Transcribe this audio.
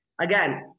Again